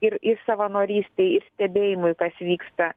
ir ir savanorystei ir stebėjimui kas vyksta